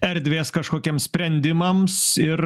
erdvės kažkokiems sprendimams ir